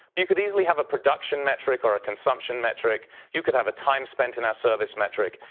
you could easily have a production metric or a consumption metric. you could have a time spent in our service metric,